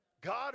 God